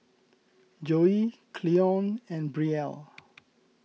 Joi Cleone and Brielle